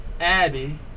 Abby